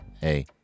hey